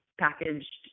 packaged